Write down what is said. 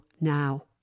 now